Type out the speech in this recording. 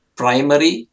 primary